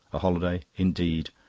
a holiday, indeed!